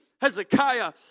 Hezekiah